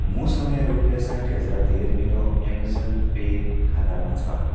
मसँग रुपियाँ साठी हजार धेर मेरो अमेजन पे खातामा छ